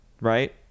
right